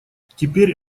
теперь